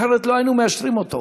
אחרת לא היינו מאשרים אותו.